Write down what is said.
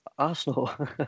Arsenal